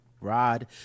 Rod